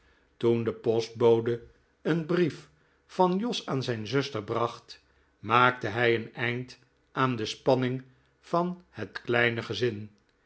toen de postbode een brief van jos aan zijn zuster bracht maakte hij een eind aan de spanning van het kleine gezin